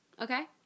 Okay